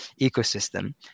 ecosystem